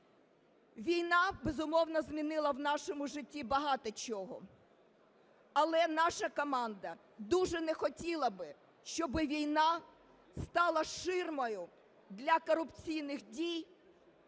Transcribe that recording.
Війна, безумовно, змінила в нашому житті багато чого. Але наша команда дуже не хотіла б, щоб війна стала ширмою для корупційних дій,